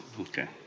Okay